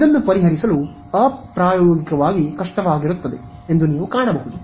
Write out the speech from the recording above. ಆದ್ದರಿಂದ ಇದನ್ನು ಪರಿಹರಿಸಲು ಅಪ್ರಾಯೋಗಿಕವಾಗಿ ಕಷ್ಟಕರವಾಗುತ್ತದೆ ಎಂದು ನೀವು ಕಾಣಬಹುದು